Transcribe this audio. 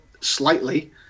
slightly